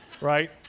Right